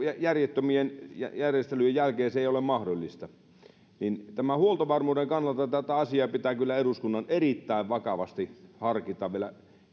järjettömien järjestelyjen jälkeen ei ole mahdollista eli tämän huoltovarmuuden kannalta tätä asiaa pitää kyllä eduskunnan erittäin vakavasti harkita vielä